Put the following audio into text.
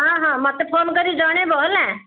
ହଁ ହଁ ମତେ ଫୋନ୍ କରିକି ଜଣାଇବ ହେଲା